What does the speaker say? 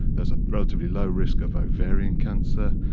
there's a relatively low risk of ovarian cancer,